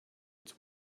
its